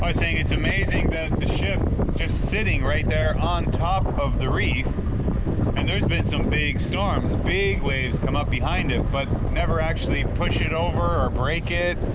saying it's amazing that the ship just sitting right there on top of the reef and there's been some big storms, big waves come up behind it but never actually push it over or break it,